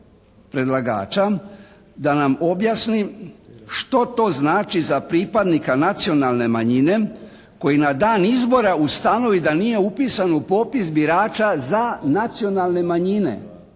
predlagača da nam objasni što to znači za pripadnika nacionalne manjine koji na dan izbora ustanovi da nije upisan u popis birača za nacionalne manjine.